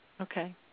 Okay